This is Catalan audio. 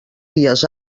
dies